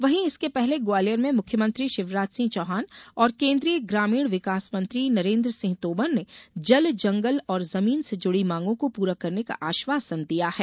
वहीं इसके पहले ग्वालियर में मुख्यमंत्री शिवराज सिंह चौहान और कोन्द्रीय ग्रामीण विकास मंत्री नरेन्द्रसिंह तोमर ने जलजंगल और जमीन से जूडी मांगों को पूरा करने का आश्वासन दिया है